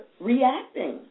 reacting